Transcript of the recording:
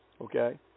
Okay